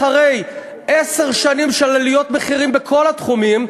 אחרי עשר שנים של עליות מחירים בכל התחומים,